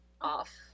off